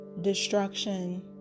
destruction